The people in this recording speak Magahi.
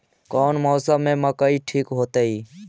कौन मौसम में मकई ठिक होतइ?